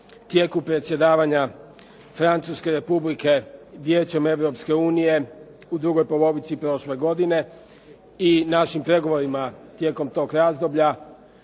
tijeku predsjedavanja Francuske Republike Vijećem Europske unije u drugoj polovici prošle godine i našim pregovorima tijekom tog razdoblja